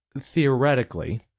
theoretically